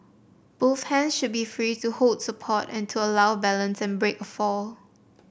both hands should be free to hold support and to allow balance and break a fall